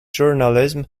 journalism